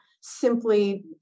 simply